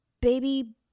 baby